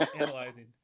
Analyzing